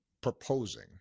proposing